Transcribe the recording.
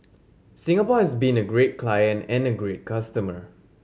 Singapore has been a great client and a great customer